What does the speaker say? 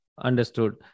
understood